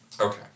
Okay